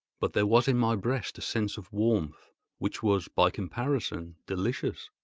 but there was in my breast a sense of warmth which was, by comparison, delicious.